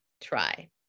try